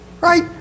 Right